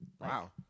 Wow